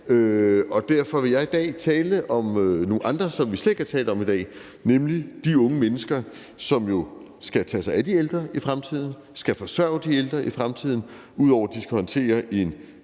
og derfor vil jeg i dag tale om nogle andre, som vi slet ikke har talt om i dag, nemlig de unge mennesker, som jo skal tage sig af de ældre i fremtiden, og som skal forsørge de ældre i fremtiden, ud over at de også skal håndtere en